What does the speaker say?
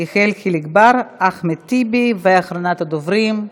יחיאל חיליק בר, אחמד טיבי, ואחרונת הדוברים,